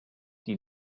die